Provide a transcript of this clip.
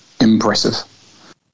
impressive